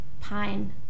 Pine